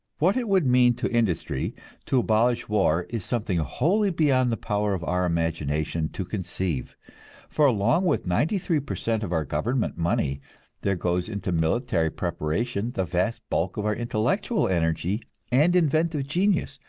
what it would mean to industry to abolish war is something wholly beyond the power of our imagination to conceive for along with ninety-three per cent of our government money there goes into military preparation the vast bulk of our intellectual energy and inventive genius,